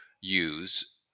use